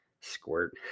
Squirt